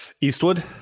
Eastwood